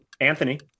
Anthony